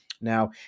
Now